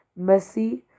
Messi